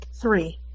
Three